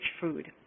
food